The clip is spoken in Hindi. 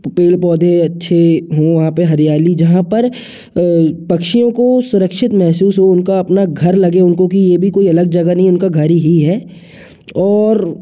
पेड़ पौधे अच्छे हो वहाँ पर हरियाली जहाँ पर पक्षियों को सुरक्षित महसूस हो उनका अपना घर लगे उनको कि ये भी कोई अलग जगह नहीं उनका घर ही है और